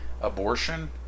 abortion